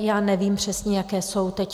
Já nevím přesně, jaké jsou teď.